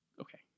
Okay